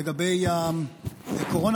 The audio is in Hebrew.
לגבי הקורונה,